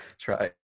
try